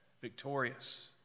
victorious